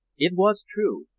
it was true,